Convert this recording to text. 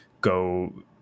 Go